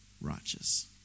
righteous